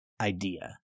idea